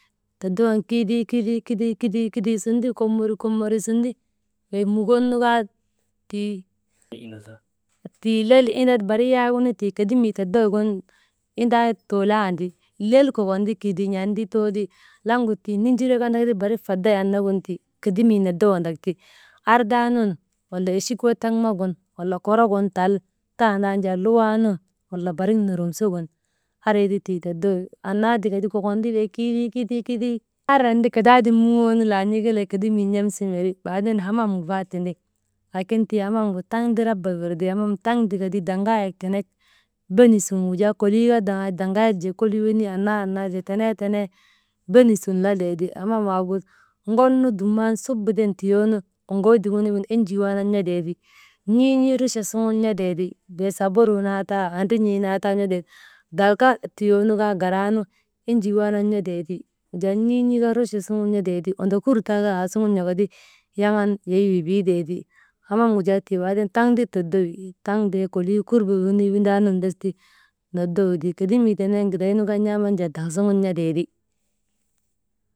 Kidii, kidii, kidii sunti kommori, kommori sunti wey mukonu kaa tii «hesitation» lel inda barik yaagunu tii kedimi todowgin inda too laandi, lel kokon ti kidii n̰an ti tooli, langu tii ninjirek andakati barik faday annagin ti kedemii nodowandak ti. Ardaa nun wala echik wattamaŋa gin wala kodro gin tal tandaanu jaa luwaa nun, wala barik nodromsogin, andri ti tii todowi. Annaa tika ti kokon tii bee kidii, kidii, kidii andriyan ti kadaaden muŋoonu laan̰ii kelee kedemii n̰amsa meri. Baaden hamam gu kaa tindi laakin, hamam gu tii taŋ ti raba wirti, taŋ ti ka ti daaŋayek tenek beni sun wujaa koluu kaa «hesitation» daaŋayek jee kolii wenii annaa wene annaa, annaa, jaa tenee, tenee, beni sun latee ti, hamam waagu ŋonnu dumnan subbaden tiyoonu oŋoodik wenigin enjii waanan n̰otee ti, n̰iin̰iii rucha suŋun ŋotee ti, bee saburuu naa taa, andran̰ii naa tanju n̰ote, dalka tuyoonu kaa garaanu enjii waanan n̰otee ti, wujaa n̰iin̰ii kaa rucha suŋun n̰otee ti, ondokur taa kaa aasuŋu n̰okati, yaŋan yay wibiitee ti. Hamam gu jaa tii baaden taŋ ta toddowi, taŋ ti ka kolii kurboo wenii windaanun bes ti nodowti, kedimii tenen gidaynu jaa n̰aaman daŋ suŋun n̰atee ti.